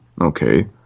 okay